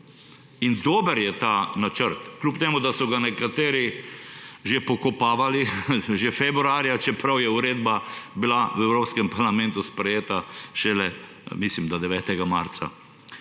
In dober je ta načrt, čeprav so ga nekateri pokopavali že februarja, čeprav je uredba bila v Evropskem parlamentu sprejeta šele 9. marca.